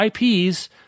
IPs